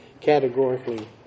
categorically